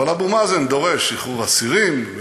אבל אבו מאזן דורש שחרור אסירים,